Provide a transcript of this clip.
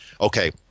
Okay